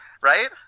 right